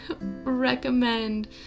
recommend